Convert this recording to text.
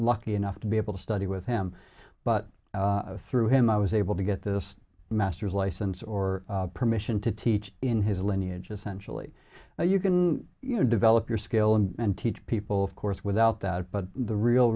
lucky enough to be able to study with him but through him i was able to get this master's license or permission to teach in his lineage essentially you can develop your skill and teach people of course without that but the real